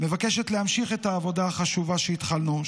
מבקשת להמשיך את העבודה החשובה שהתחלנו,